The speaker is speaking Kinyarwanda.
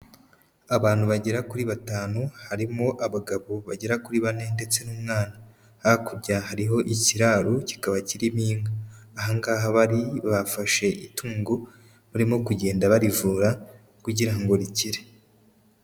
Abantu bagera kuri batanu, harimo abagabo bagera kuri bane ndetse n'umwana, hakurya hariho ikiraro kikaba kirimo inka, aha ngaha bari bafashe itungo ,barimo kugenda barivura kugira ngo rikire.